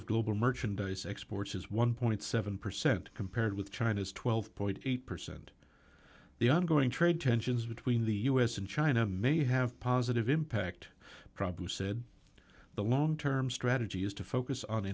of global merchandise exports is one point seven percent compared with china's twelve eight percent the ongoing trade tensions between the u s and china may have positive impact prabhu said the long term strategy is to focus on